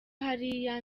hariya